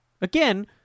Again